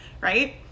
right